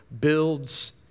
builds